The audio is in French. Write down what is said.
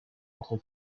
entre